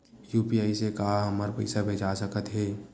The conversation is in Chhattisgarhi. यू.पी.आई से का हमर पईसा भेजा सकत हे?